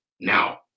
Now